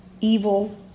evil